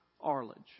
Arledge